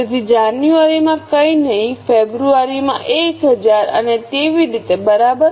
તેથી જાન્યુઆરીમાં કઈ નહિ ફેબ્રુઆરીમાં 1000 અને તેવી રીતે બરાબર